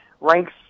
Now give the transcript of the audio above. ranks